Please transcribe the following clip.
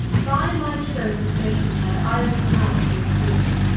by my troth, and maidenhead, i would not be a queene